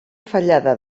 fallada